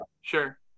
sure